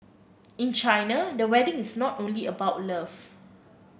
in China the wedding is not only about love